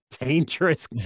Dangerous